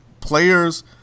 players